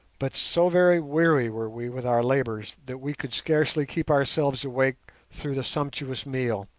but so very weary were we with our labours that we could scarcely keep ourselves awake through the sumptuous meal,